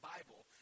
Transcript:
Bible